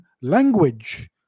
language